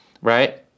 right